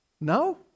No